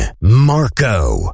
Marco